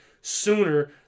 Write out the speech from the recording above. sooner